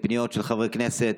לפניות של חברי כנסת.